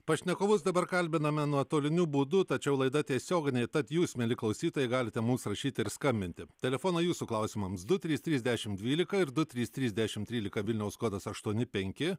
pašnekovus dabar kalbiname nuotoliniu būdu tačiau laida tiesioginė tad jūs mieli klausytojai galite mums rašyti ir skambinti telefonai jūsų klausimams du trys trys dešimt dvylika ir du trys trys dešimt trylika vilniaus kodas aštuoni penki